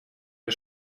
или